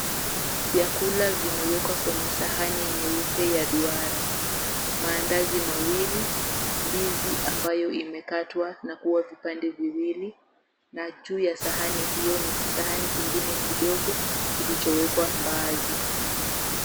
Vyakula vimewekwa kwenye sahani nyeupe ya duara. Mandazi mawili, ndizi ambayo imekatwa na kuwa vipande viwili na juu ya sahani hiyo ni kisahani kingine kidogo kilichowekwa mbaazi.